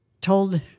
told